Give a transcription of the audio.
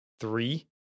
Three